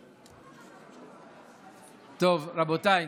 טוב, רבותיי,